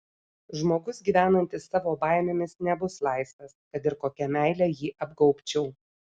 žmogus gyvenantis savo baimėmis nebus laisvas kad ir kokia meile jį apgaubčiau